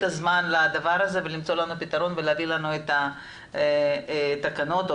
הזמן לדבר הזה ולמצוא לנו פתרון ולהביא לנו את התקנות או